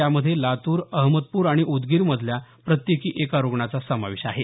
यामध्ये लातूर अहमदपूर आणि उदगीरमधला प्रत्येकी एका रुग्णाचा समावेश आहे